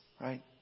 right